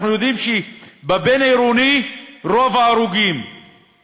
אנחנו יודעים שרוב ההרוגים הם בכבישים בין-עירוניים.